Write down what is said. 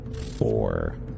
four